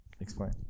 explain